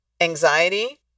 anxiety